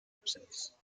absence